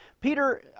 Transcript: Peter